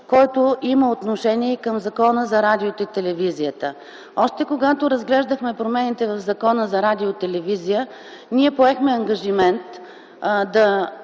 което има отношение към Закона за радиото и телевизията. Още когато разглеждахме законите в Закона за радио и телевизия ние поехме ангажимент да